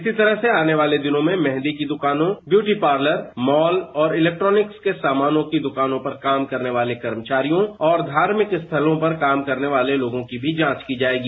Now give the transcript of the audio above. इसी तरह से आने वाले दिनों में मेहंदी की दुकानों ब्यूटी पार्लर मॉल और इलेक्ट्रॉनिक्स के सामानों की दुकानों पर काम करने वाले कर्मचारियों और धार्मिक स्थलों पर काम करने वाले लोगों की भी जांच की जाएगी